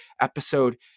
episode